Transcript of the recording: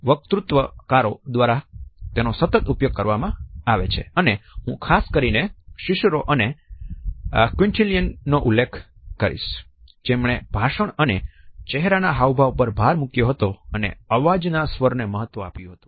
અને હું ખાસ કરીને સિસિરો અને ક્વિન્ટિલિયન નો ઉલ્લેખ કરીશ જેમણે ભાષણ અને ચહેરાના હાવભાવ પર ભાર મૂક્યો હતો અને અવાજના સ્વરને મહત્વ આપ્યું હતું